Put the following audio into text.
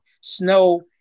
snow